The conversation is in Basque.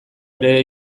ere